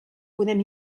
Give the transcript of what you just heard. podem